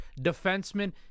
defenseman